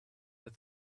that